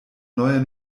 neuer